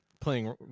Playing